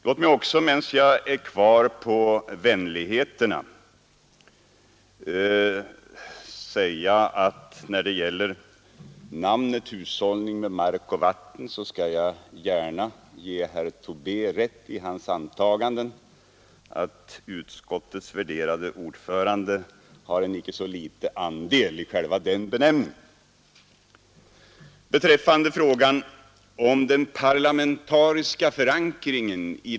Låt mig också, medan jag är kvar på vänligheterna, säga att jag när det gäller namnet Hushållning med mark och vatten gärna skall ge herr Tobé rätt i hans antagande att utskottets värderade ordförande har en inte så liten andel i den benämningen.